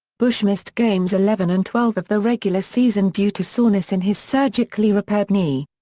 bush missed games eleven and twelve of the regular season due to soreness in his surgically repaired knee.